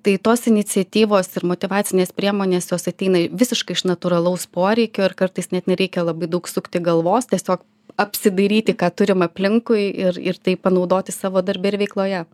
tai tos iniciatyvos ir motyvacinės priemonės jos ateina visiškai iš natūralaus poreikio ir kartais net nereikia labai daug sukti galvos tiesiog apsidairyti ką turim aplinkui ir ir tai panaudoti savo darbe ir veikloje